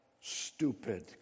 stupid